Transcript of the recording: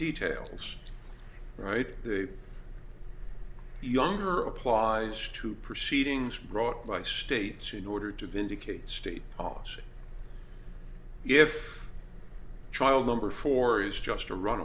details right younger applies to proceedings brought by states in order to vindicate state policy if child number four is just a run